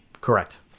Correct